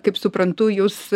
kaip suprantu jūs